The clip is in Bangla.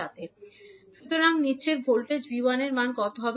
তাহলে ভোল্টেজ 𝐕1 এর মান কত হবে